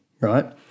right